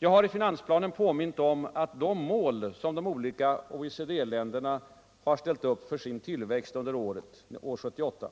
Jag har i finansplanen påmint om au de mål som de olika OECD-länderna har ställt upp för sin tillväxt under 1978